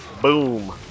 Boom